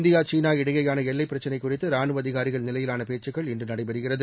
India சீனா இடையேயான எல்லை பிரச்சினை குறித்து ரானுவ அதிகாரிகள் நிலையிவான பேச்சுக்கள் இன்று நடைபெறுகிறது